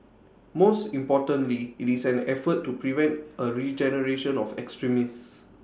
most importantly IT is an effort to prevent A regeneration of extremists